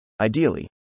Ideally